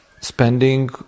spending